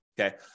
Okay